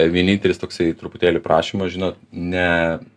vienintelis toksai truputėlį prašymas žinot ne